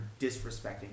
disrespecting